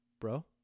Bro